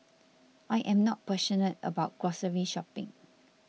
I am not passionate about grocery shopping